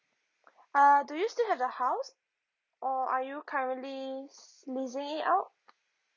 ah do you still have the house or are you currently s~ leasing it out